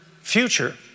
future